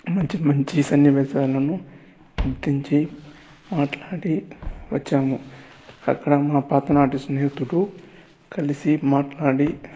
మంచి మంచి సన్నివేశాలను గుర్తించి మాట్లాడి వచ్చాము అక్కడ మా పాత నాటి స్నేహితుడు కలిసి మాట్లాడి